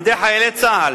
מידי חיילי צה"ל